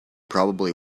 probably